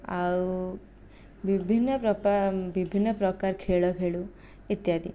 ଆଉ ବିଭିନ୍ନ ବିଭିନ୍ନ ପ୍ରକାର ଖେଳ ଖେଳୁ ଇତ୍ୟାଦି